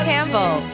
Campbell